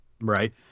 Right